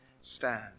stand